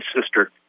sister